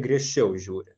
griežčiau žiūri